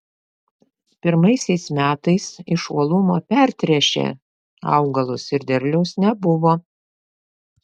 pirmaisiais metais iš uolumo pertręšė augalus ir derliaus nebuvo